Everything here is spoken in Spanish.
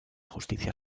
justicia